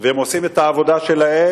והם עושים את העבודה שלהם,